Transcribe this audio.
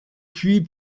puis